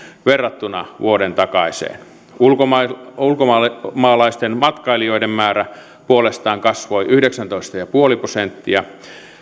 verrattuna vuoden takaiseen ulkomaalaisten matkailijoiden määrä puolestaan kasvoi yhdeksäntoista pilkku viisi prosenttia